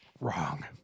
Wrong